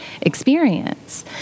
experience